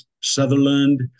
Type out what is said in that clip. Sutherland